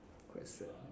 quite sad